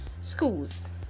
schools